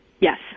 Yes